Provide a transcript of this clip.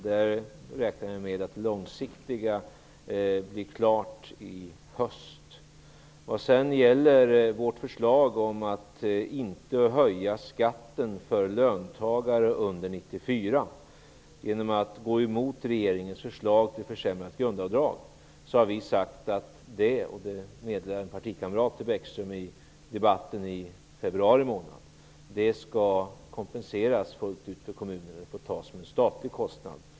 Där räknar jag med att de långsiktiga förslagen blir klara i höst. Vidare har vi frågan om vårt förslag att inte höja skatten för löntagare under 1994. Det sker genom att vi går emot regeringens förslag till försämrat grundavdrag. En partikamrat till Bäckström tog upp denna fråga i debatten i februari månad. Men förslaget skall kompenseras fullt ut för kommunerna genom att det får bli en statlig kostnad.